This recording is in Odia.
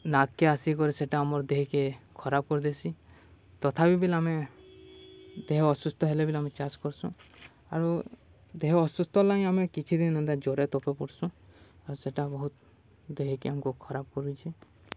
ନାକ୍କେ ଆସିକରି ସେଟା ଆମର୍ ଦେହକେ ଖରାପ କରିଦେସି ତଥାପି ଆମେ ଦେହ ଅସୁସ୍ଥ ହେଲେବି ଆମେ ଚାଷ କରସୁଁ ଆରୁ ଦେହ ଅସୁସ୍ଥ ହେଲେବି ଆମେ କିଛିଦିନ ଏତାେ ଜ୍ଵରର ତାପେ କରସୁଁ ଆର୍ ସେଟା ବହୁତ ଦେହେକେ ଆମକୁ ଖରାପ କରୁଛେଁ